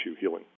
healing